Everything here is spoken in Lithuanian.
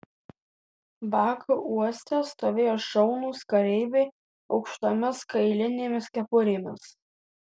baku uoste stovėjo šaunūs kareiviai aukštomis kailinėmis kepurėmis